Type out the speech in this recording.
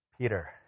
Peter